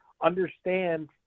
understand